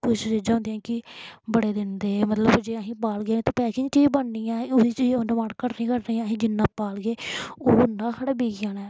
कुछ चीजां होंदियां कि बड़े दिन दे मतलब जे अहें पालगे निं ते पैकिंग च गै बननी ऐ ओह्दे चीज च डमांड घटनी गै घटनी ऐ आहीं जिन्ना पालगे ओह् उन्ना साढ़ा बिकी जाना ऐ